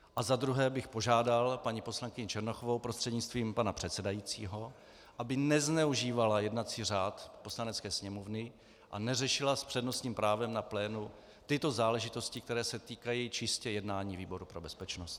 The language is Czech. A za druhé bych požádal paní poslankyni Černochovou prostřednictvím pana předsedajícího, aby nezneužívala jednací řád Poslanecké sněmovny a neřešila s přednostním právem na plénu tyto záležitost, které se týkají čistě jednání výboru pro bezpečnost.